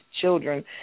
children